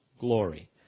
glory